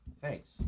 Thanks